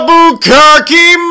Bukaki